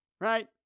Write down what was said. right